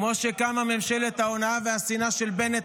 כמו שקמה ממשלת ההונאה והשנאה של בנט,